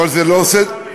לקצר.